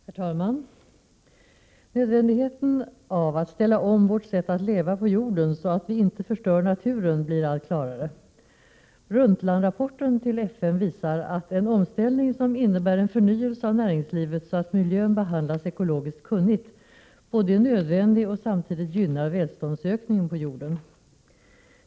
Herr talman! Nödvändigheten av att ställa om vårt sätt att leva på jorden så att vi inte förstör naturen blir allt klarare. Brundtlandrapporten till FN visar att en omställning som innebär en förnyelse av näringslivet så att miljön behandlas ekologiskt kunnigt både är nödvändig och samtidigt gynnar välståndsökningen på jorden.